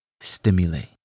stimulate